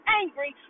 angry